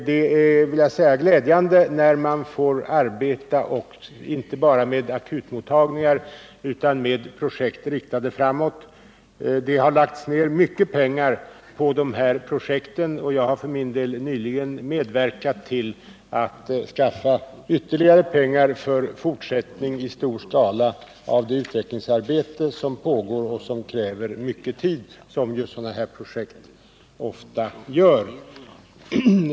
Det är glädjande när man inte bara behöver arbeta som en akutmottagning utan också får arbeta med projekt riktade framåt. Det har lagts ned mycket pengar på dessa projekt. Jag har för min del nyligen medverkat till att skaffa ytterligare pengar för fortsättning i stor skala av det utvecklingsarbete som pågår och som kräver mycken tid, som ju sådana här projekt ofta gör.